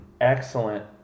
excellent